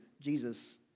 Jesus